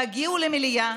תגיעו למליאה.